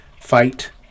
fight